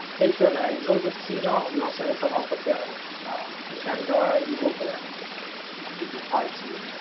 make sure that if and you go to a casino, you don't set yourself up for failure cause chances are, ah you will fail if you try to